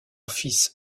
fils